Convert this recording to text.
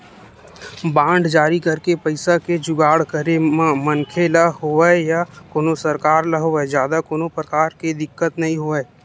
bond जारी करके पइसा के जुगाड़ करे म मनखे ल होवय या कोनो सरकार ल होवय जादा कोनो परकार के दिक्कत नइ होवय